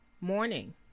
Morning